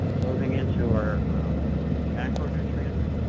moving into our macro nutrients.